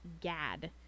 Gad